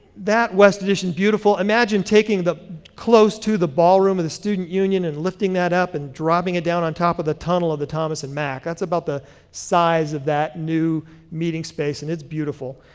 that west addition, beautiful. imagine taking the close to the ballroom of the student union and lifting that up and dropping it down on top of the tunnel of the thomas and mack, that's about the size of that new meeting space, and it's beautiful.